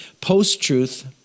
post-truth